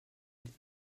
die